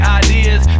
ideas